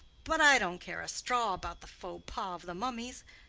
but i don't care a straw about the faux pas of the mummies.